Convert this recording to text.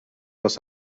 los